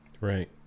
Right